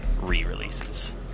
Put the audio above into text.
re-releases